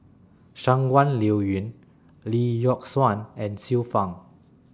Shangguan Liuyun Lee Yock Suan and Xiu Fang